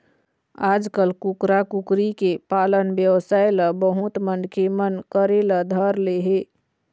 आजकाल कुकरा, कुकरी के पालन बेवसाय ल बहुत मनखे मन करे ल धर ले हे